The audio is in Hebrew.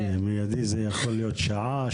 מיידי זה יכול להיות שעה,